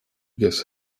gives